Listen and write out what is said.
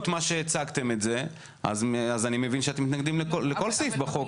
שהצגתם בכלליות ולכן אני מבין שאתם מתנגדים לכל סעיף בחוק.